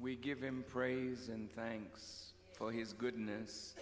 we give him praise and thanks for his goodness